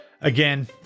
Again